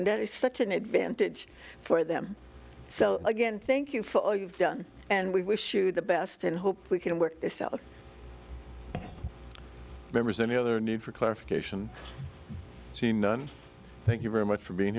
it is such an advantage for them so again thank you for all you've done and we wish you the best and hope we can work remembers any other need for clarification see none thank you very much for being